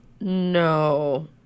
No